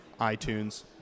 iTunes